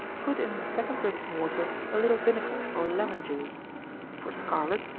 put in the second rinsing water a little vinegar or lemon-juice. for scarlet,